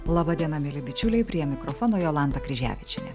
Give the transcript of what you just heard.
laba diena mieli bičiuliai prie mikrofono jolanta kryževičienė